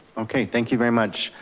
okay, thank you very much.